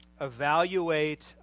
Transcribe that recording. evaluate